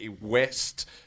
west